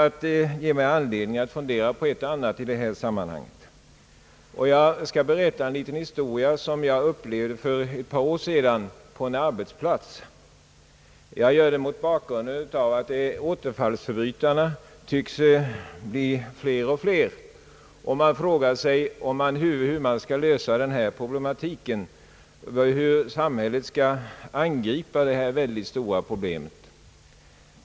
Jag har haft anledning att fundera på ett och annat i detta sammanhang, och jag skall berätta en liten historia som hände för ett par år sedan på en arbetsplats. Jag gör det med anledning av att antalet återfallsförbrytare tycks bli större och större, och frågan är då hur samhället skall angripa dessa stora problem.